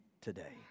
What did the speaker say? today